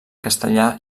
castellà